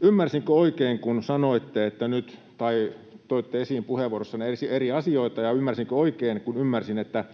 ymmärsinkö oikein, kun toitte esiin puheenvuorossanne eri asioita ja ymmärsin, että